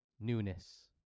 newness